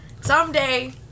Someday